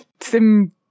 sim